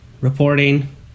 reporting